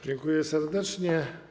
Dziękuję serdecznie.